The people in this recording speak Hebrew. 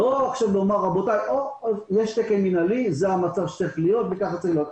ולא כדי לומר שיש תקן מינהלי וככה צריך להיות.